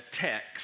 text